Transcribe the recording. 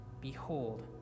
Behold